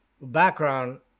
background